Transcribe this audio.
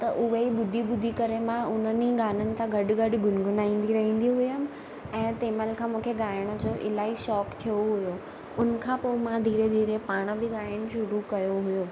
त उहे ई ॿुधी ॿुधी करे मां उन्हनि ई गाननि सां गॾु गॾु गुनगुनाईंदी रहंदी हुअमि ऐं तंहिं महिल खां मूंखे ॻाइण जो इलाही शौक़ु थियो हुयो उन खां पोइ मां धीरे धीरे पाण बि ॻाइणु शुरू कयो हुयो